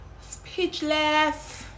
speechless